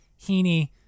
Heaney